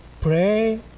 pray